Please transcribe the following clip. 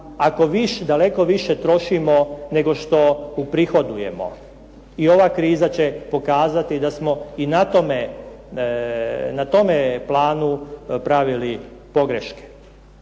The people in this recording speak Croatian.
ako daleko više trošimo nego što uprihodujemo. I ova kriza će pokazati da smo i na tome planu pravili pogreške.